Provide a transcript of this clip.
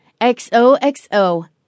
XOXO